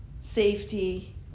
safety